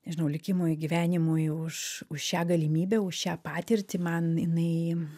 nežinau likimui gyvenimui už už šią galimybę už šią patirtį man jinai